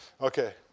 Okay